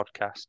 podcast